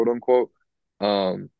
quote-unquote